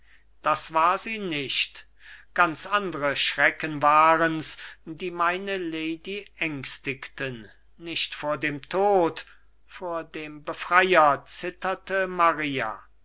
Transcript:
das war sie nicht ganz andre schrecken waren's die meine lady ängstigten nicht vor dem tod vor dem befreier zitterte maria